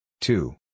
Two